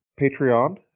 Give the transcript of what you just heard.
Patreon